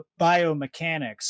biomechanics